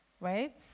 right